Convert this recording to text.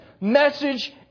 message